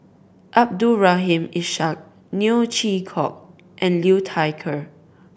Abdul Rahim Ishak Neo Chwee Kok and Liu Thai Ker